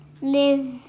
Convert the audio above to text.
live